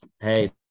hey